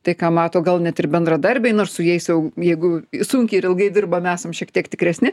tai ką mato gal net ir bendradarbiai nors su jais jau jeigu sunkiai ir ilgai dirbam esam šiek tiek tikresni